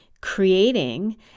creating